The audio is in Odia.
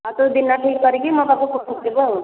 ଆଉ ତୁ ଦିନ ଠିକ୍ କରିକି ମୋ ପାଖକୁ ଫୋନ କରିବୁ ଆଉ